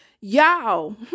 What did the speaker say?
Y'all